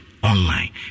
Online